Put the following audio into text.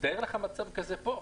תאר לך מצב כזה פה,